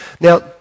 Now